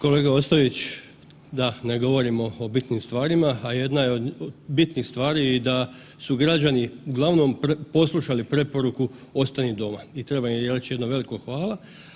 Kolega Ostojić, da ne govorimo o bitnim stvarima, a jedna je od bitnih stvari i da su građani uglavnom poslušali preporuku „ostani doma“ i treba im reć jedno veliko hvala.